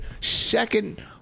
second